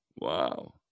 wow